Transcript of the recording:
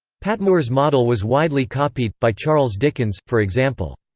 patmore's model was widely copied by charles dickens, for example.